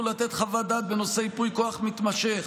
לתת חוות דעת בנושא ייפוי כוח מתמשך,